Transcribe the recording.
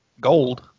gold